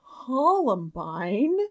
Columbine